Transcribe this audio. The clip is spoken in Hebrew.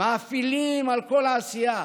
מאפילים על כל העשייה